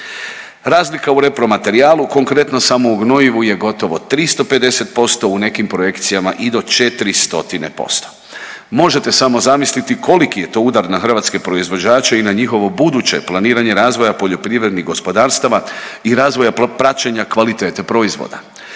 razlika u repromaterijalu konkretno samo u gnojivu je gotovo 350%, u nekim projekcijama i do 400%. Možete samo zamisliti koliki je to udar na hrvatske proizvođače i na njihovo buduće planiranje razvoja poljoprivrednih gospodarstava i razvoja praćenja kvalitete proizvoda.